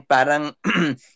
Parang